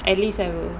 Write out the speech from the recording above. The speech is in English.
at least I will